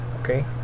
Okay